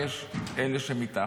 יש אלה שמתחת.